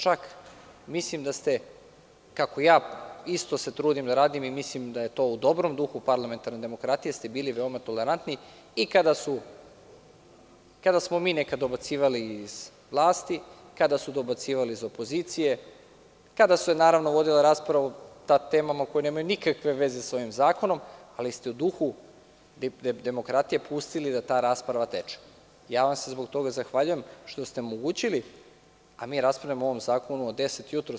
Čak mislim da ste, kako i ja isto se trudim da radim i mislim da je to u dobrom duhu parlamentarne demokratije, bili veoma tolerantni i kada smo mi nekada dobacivali iz vlasti, kada su dobacivali iz opozicije, kada se vodila rasprava o temama koje nemaju nikakve veze sa ovim zakonom, ali ste u duhu demokratije pustili da ta rasprava teče i zbog toga vam se zahvaljujem, što ste omogućili da mi raspravljamo o ovom zakonu od deset jutros.